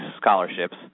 scholarships